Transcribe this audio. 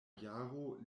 jaro